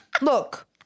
Look